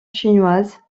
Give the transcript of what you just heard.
chinoise